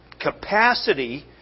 capacity